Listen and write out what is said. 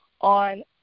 on